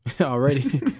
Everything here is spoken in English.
already